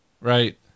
Right